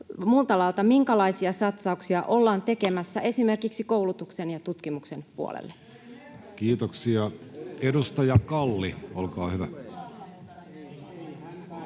minkälaisia satsauksia ollaan tekemässä esimerkiksi koulutuksen ja tutkimuksen puolelle? Kiitoksia. — Edustaja Kalli, olkaa hyvä.